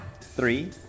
three